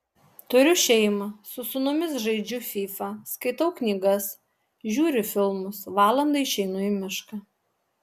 turiu šeimą su sūnumis žaidžiu fifa skaitau knygas žiūriu filmus valandai išeinu į mišką